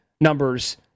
numbers